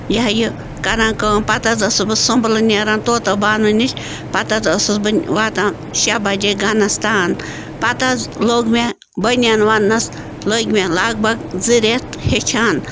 یہِ ہہ یہِ کران کٲم پَتہٕ حظ ٲسٕس بہٕ سُمبلہٕ نیران طوطہ بانو نِش پَتہٕ حظ ٲسٕس بہٕ واتان شےٚ بَجے گَنَس تان پَتہٕ حظ لوٚگ مےٚ بٔنیان ووننَس لٔگۍ مےٚ لگ بگ زٕ رٮ۪تھ ہیٚچھان